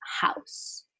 house